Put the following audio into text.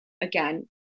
again